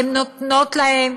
הן נותנות להן,